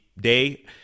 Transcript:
day